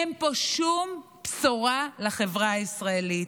אין בו שום בשורה לחברה הישראלית.